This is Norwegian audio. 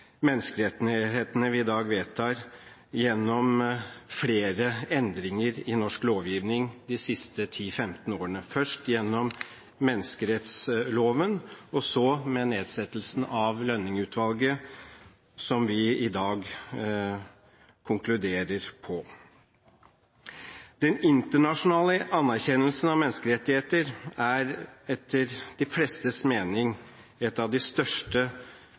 menneskerettighetene vi i dag vedtar, gjennom flere endringer i norsk lovgivning de siste 10–15 årene – først gjennom menneskerettsloven, og så med nedsettelsen av Lønning-utvalget, som vi i dag konkluderer på. Den internasjonale anerkjennelsen av menneskerettigheter er etter de flestes mening et av de største